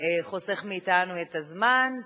חוסך מאתנו את הזמן,